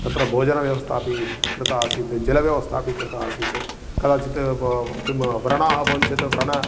तत्र भोजनव्यवस्थापि कृता आसीत् जलव्यवस्थापि कृता आसीत् कदाचित् व् किं व्रणाः भवन्ति चेत् व्रणः